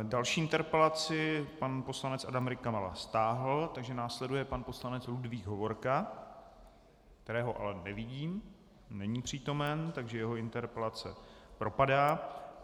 Další interpelaci pan poslanec Adam Rykala stáhl, takže následuje pan poslanec Ludvík Hovorka, kterého ale nevidím, není přítomen, takže jeho interpelace propadá.